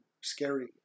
scary